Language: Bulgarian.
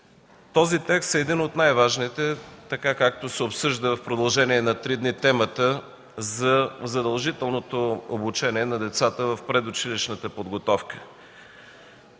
Този текст е един от най-важните, както се обсъжда в продължение на три дни темата за задължителното обучение на децата в предучилищната подготовка.